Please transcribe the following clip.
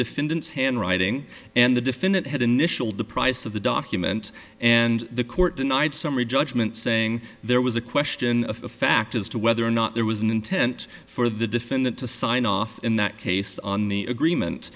defendant's handwriting and the defendant had initialed the price of the document and the court denied summary judgment saying there was a question of fact as to whether or not there was an intent for the defendant to sign off in that case on the agreement